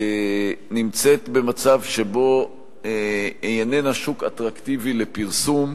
נמצאת במצב שבו היא איננה שוק אטרקטיבי לפרסום,